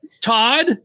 Todd